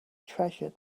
treasure